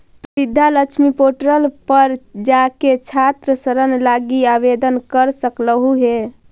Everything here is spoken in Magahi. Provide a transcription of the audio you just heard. तु विद्या लक्ष्मी पोर्टल पर जाके छात्र ऋण लागी आवेदन कर सकलहुं हे